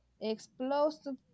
explosive